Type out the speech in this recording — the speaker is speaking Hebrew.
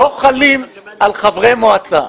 לא חלים על חברי מועצה.